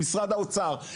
למשרד האוצר,